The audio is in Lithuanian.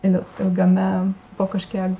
ir ilgame po kažkiek